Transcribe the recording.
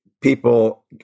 people